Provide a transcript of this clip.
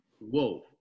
whoa